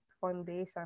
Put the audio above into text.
foundation